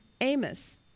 Amos